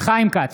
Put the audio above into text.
ישראל כץ,